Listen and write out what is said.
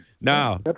Now